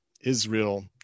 Israel